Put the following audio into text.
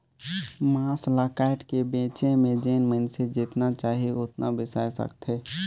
मांस ल कायट के बेचे में जेन मइनसे जेतना चाही ओतना बेसाय सकथे